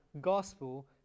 gospel